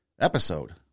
episode